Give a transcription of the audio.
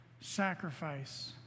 sacrifice